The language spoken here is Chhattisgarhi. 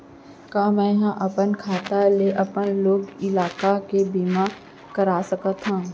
का मैं ह अपन खाता ले अपन लोग लइका के भी बीमा कर सकत हो